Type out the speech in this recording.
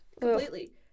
completely